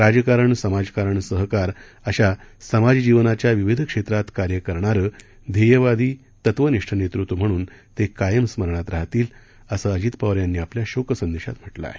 राजकारण समाजकारण सहकार अशा समाजजीवनाच्या विविध क्षेत्रात कार्य करणारं ध्येयवादी तत्वनिष्ठ नेतृत्वं म्हणून ते कायम स्मरणात राहतील असं अजित पवार यांनी आपल्या शोकसंदेशात म्हटलं आहे